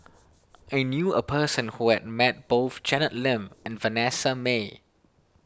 I knew a person who has met both Janet Lim and Vanessa Mae